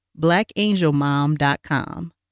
BlackAngelMom.com